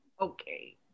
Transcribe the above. okay